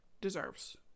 deserves